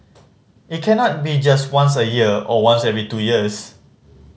it cannot be just once a year or once every two years